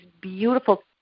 beautiful